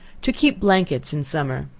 to keep blankets in summer.